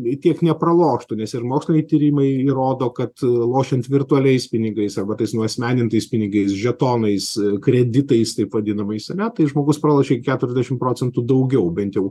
bei tiek nepraloštų nes ir moksliniai tyrimai įrodo kad lošiant virtualiais pinigais arba tais nuasmenintais pinigais žetonais kreditais taip vadinamais ane tai žmogus pralošia keturiasdešim procentų daugiau bent jau